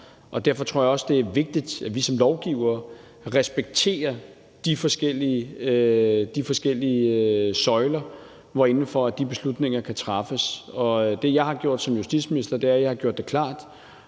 og derfor tror jeg også, det er vigtigt, at vi som lovgivere respekterer de forskellige søjler, hvor inden for de beslutninger kan træffes. Det, jeg har gjort som justitsminister, er, at jeg har gjort det klart